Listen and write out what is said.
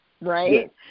right